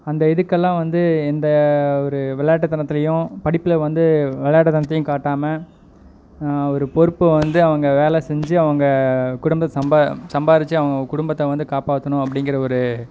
அந்த இதுக்கெல்லாம் வந்து எந்தவொரு விளாட்டுத்தனத்துலயும் படிப்பில் வந்து விளாட்டுத்தனத்தையும் காட்டாமல் ஒரு பொறுப்பு வந்து அவங்க வேலை செஞ்சு அவங்க குடும்பம் சம்பாதித்து அவங்க குடும்பத்தை வந்து காப்பாற்றணும் அப்டிங்கிற ஒரு